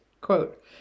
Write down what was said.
quote